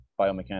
biomechanics